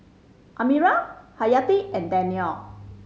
Amirah Hayati and Danial